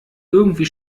irgendwie